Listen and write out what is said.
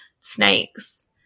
snakes